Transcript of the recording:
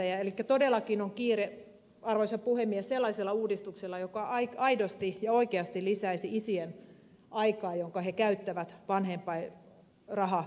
elikkä todellakin on kiire arvoisa puhemies sellaisella uudistuksella joka aidosti ja oikeasti lisäisi isien aikaa jonka he käyttävät vanhempainrahakaudella